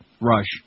Rush